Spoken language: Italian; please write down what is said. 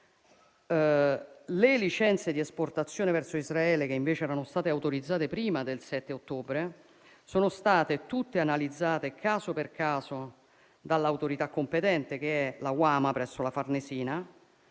Le licenze di esportazione verso Israele che invece erano state autorizzate prima del 7 ottobre sono state tutte analizzate caso per caso dall'autorità competente, che è l'Unità per le